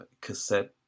cassette